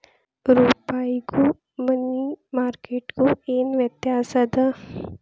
ರೂಪಾಯ್ಗು money market ಗು ಏನ್ ವ್ಯತ್ಯಾಸದ